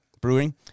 brewing